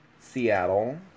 seattle